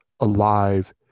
alive